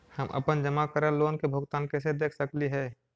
हम अपन जमा करल लोन के भुगतान कैसे देख सकली हे?